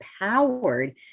empowered